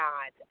God